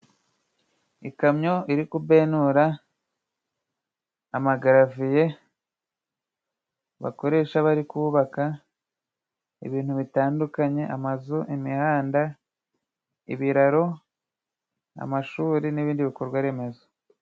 Ikamyo iri kubenura amagaraviye, bakoresha bari kubabaka ibintu bitandukanye. Amazu, imihanda ibiraro, amashuri n'ibindi bikorwa remezo.